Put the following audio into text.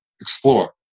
explore